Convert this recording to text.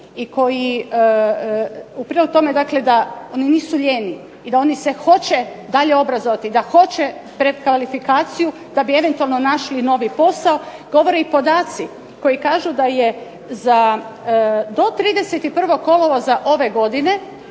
i u prilog tome da oni nisu lijeni i da oni se hoće dalje obrazovati, da hoće prekvalifikaciju da bi eventualno našli novi posao, govore i podaci koji kažu da je do 31. kolovoza ove godine